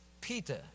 Peter